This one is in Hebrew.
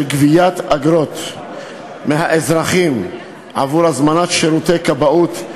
של גביית אגרות מהאזרחים עבור הזמנת שירותי כבאות,